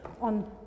on